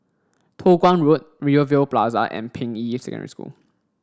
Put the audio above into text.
Toh Guan Road Rivervale Plaza and Ping Yi Secondary School